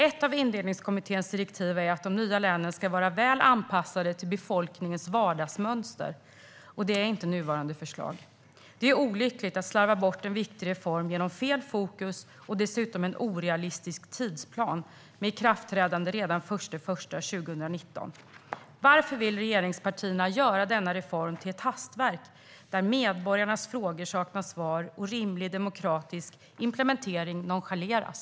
Ett av Indelningskommitténs direktiv är att de nya länen ska vara väl anpassade till befolkningens vardagsmönster. Det är inte nuvarande förslag. Det är olyckligt att slarva bort en viktig reform genom fel fokus. Dessutom är tidsplanen orealistisk, med ett ikraftträdande redan den 1 januari 2019. Varför vill regeringspartierna göra denna reform till ett hastverk där medborgarnas frågor saknar svar och rimlig demokratisk implementering nonchaleras?